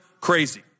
crazy